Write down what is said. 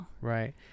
Right